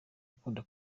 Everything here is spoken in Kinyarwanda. ukunda